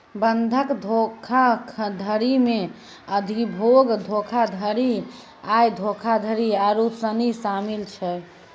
बंधक धोखाधड़ी मे अधिभोग धोखाधड़ी, आय धोखाधड़ी आरु सनी शामिल छै